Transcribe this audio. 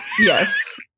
yes